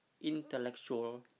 intellectual